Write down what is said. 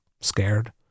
scared